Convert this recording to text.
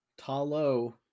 Talo